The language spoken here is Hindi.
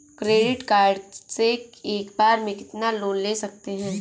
क्रेडिट कार्ड से एक बार में कितना लोन ले सकते हैं?